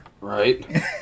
Right